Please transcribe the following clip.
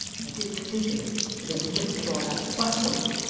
i did think of it but, in the midst of all that bustle.